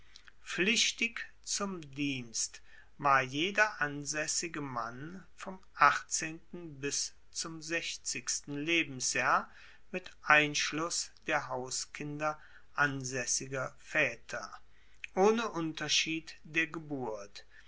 pflichtig zum dienst war jeder ansaessige mann vom achtzehnten bis zum sechzigsten lebensjahr mit einschluss der hauskinder ansaessiger vaeter ohne unterschied der geburt